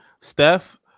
Steph